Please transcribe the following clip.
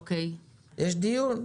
יש דיון.